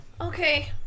Okay